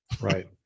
Right